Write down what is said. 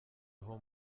aho